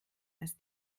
als